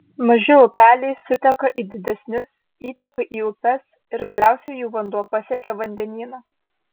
maži upeliai suteka į didesnius įteka į upes ir galiausiai jų vanduo pasiekia vandenyną